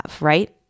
Right